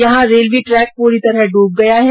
यहां railway track पूरी तरह डूब गया है